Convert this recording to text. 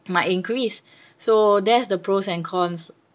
might increase so that's the pros and cons